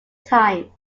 time